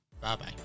Bye-bye